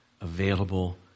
available